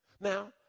Now